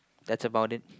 that's about it